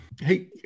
Hey